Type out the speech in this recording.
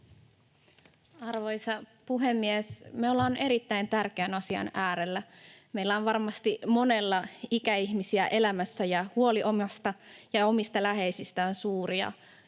Arvoisa puhemies! Me ollaan erittäin tärkeän asian äärellä. Meillä on varmasti monella ikäihmisiä elämässä ja huoli omista läheisistä on suuri.